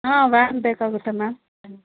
ಹಾಂ ವ್ಯಾನ್ ಬೇಕಾಗುತ್ತೆ ಮ್ಯಾಮ್